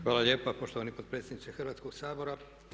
Hvala lijepo poštovani potpredsjedniče Hrvatskog sabora.